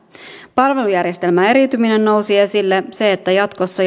palvelujärjestelmän eriytyminen nousi esille se että jatkossa